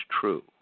true